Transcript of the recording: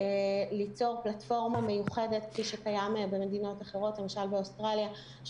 ליצור פלטפורמה מיוחדת כפי שקיים במדינות אחרות למשל באוסטרליה.